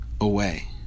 away